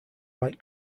like